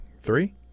Three